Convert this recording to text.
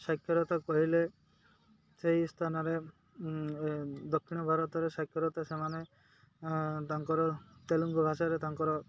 ସାକ୍ଷରତା କହିଲେ ସେହି ସ୍ଥାନରେ ଦକ୍ଷିଣ ଭାରତରେ ସାକ୍ଷରତା ସେମାନେ ତାଙ୍କର ତେଲୁଙ୍ଗୁ ଭାଷାରେ ତାଙ୍କର